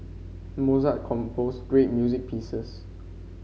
Mozart composed great music pieces